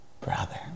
brother